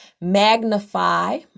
Magnify